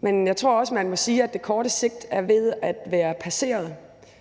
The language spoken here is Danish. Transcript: Men jeg tror også, man må sige, at det korte sigt er ved at være passeret,